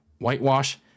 whitewash